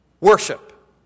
worship